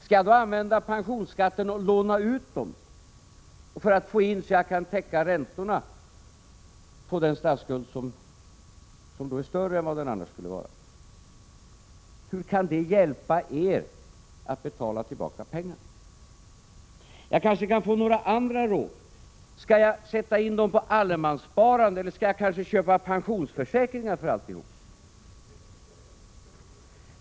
Skall jag då använda pensions 12 december 1986 skattepengarna för utlåning för att jag skall få in pengar som täcker räntorna SO Go - på den statsskuld som då är större än den annars skulle vara? Hur kan det hjälpa er att betala tillbaka pengarna? Jag kanske kan få några andra råd. Skall jag sätta in pengarna på allemanssparande, eller skall jag kanske köpa pensionsförsäkringar för alltihop?